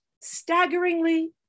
staggeringly